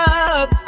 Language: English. up